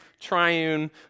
triune